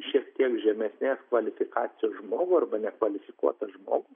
šiek tiek žemesnės kvalifikacijos žmogų arba nekvalifikuotą žmogų